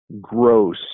gross